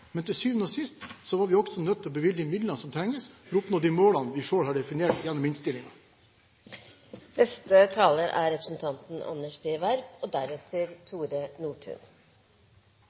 men til syvende og sist er vi også nødt til å bevilge de midlene som trengs for å oppnå de målene vi selv har definert